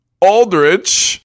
aldrich